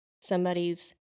somebody's